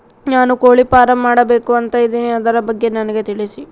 ನಾನು ಕೋಳಿ ಫಾರಂ ಮಾಡಬೇಕು ಅಂತ ಇದಿನಿ ಅದರ ಬಗ್ಗೆ ನನಗೆ ತಿಳಿಸಿ?